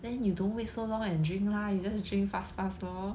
then you don't wait so long and drink lah you just drink fast fast lor